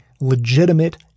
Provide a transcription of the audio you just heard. legitimate